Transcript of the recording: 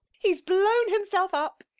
he's blown himself up!